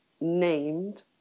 named